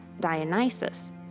Dionysus